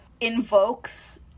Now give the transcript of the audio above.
invokes